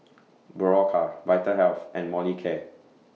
Berocca Vitahealth and Molicare